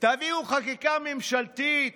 תביאו חקיקה ממשלתית,